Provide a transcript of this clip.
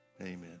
Amen